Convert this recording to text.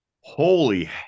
Holy